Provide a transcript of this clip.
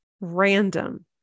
random